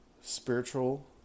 spiritual